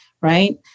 right